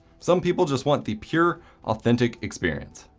some people just want the pure authentic experience.